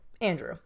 Andrew